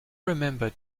remember